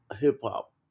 hip-hop